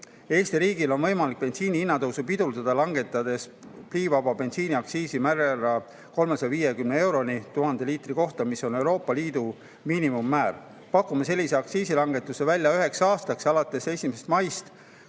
Eesti riigil on võimalik bensiini hinna tõusu pidurdada, langetades pliivaba bensiini aktsiisimäära 350 euroni 1000 liitri kohta, mis on Euroopa Liidu miinimummäär. Pakume sellise aktsiisilangetuse välja üheks aastaks, alates käesoleva